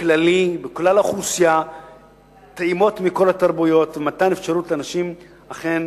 כללי בכלל האוכלוסייה טעימות מכל התרבויות ולתת אפשרות לאנשים אכן